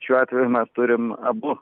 šiuo atveju mes turim abu